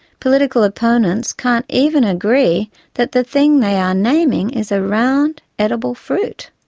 political opponents can't even agree that the thing they are naming is a round, edible fruit.